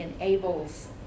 enables